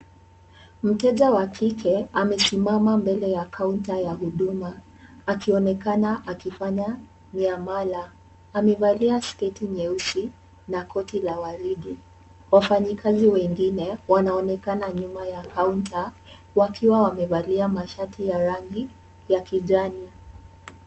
Mteja wa kike amesimama mbele ya kaunta ya huduma akionekana akifanya miamala. Amevalia sketi nyeusi na koti la waridi. Wafanyikazi wengine wanaonekana nyuma ya kaunta wakiwa wamevalia mashati ya rangi ya kijani.